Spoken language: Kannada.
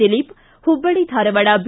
ದಿಲೀಪ್ ಹುಬ್ಲಳ್ಳಿ ಧಾರವಾಡ ಬಿ